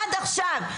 עד עכשיו.